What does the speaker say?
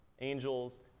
angels